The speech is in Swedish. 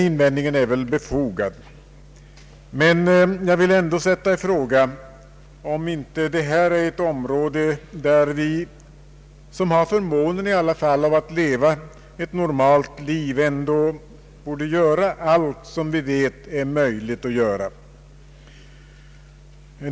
Invändningen är befogad, men jag vill ändå sätta i fråga om inte det här är ett område där vi, som har förmånen att leva ett normalt liv, ändå borde göra allt som vi vet är möjligt att göra.